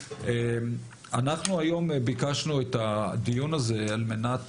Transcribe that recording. אנחנו היום ביקשנו את הדיון הזה על מנת